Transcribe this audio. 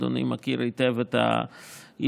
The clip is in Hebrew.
אדוני מכיר היטב את האירוע,